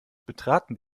betraten